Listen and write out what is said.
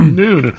noon